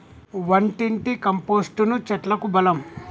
వంటింటి కంపోస్టును చెట్లకు బలం